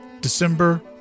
december